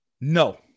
No